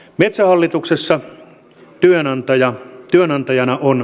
metsähallituksessa työnantajana on valtio